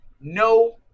no